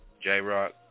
J-Rock